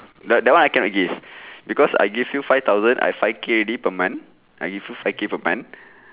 no that one I cannot give because I give you five thousand I five K already per month I give you five K per month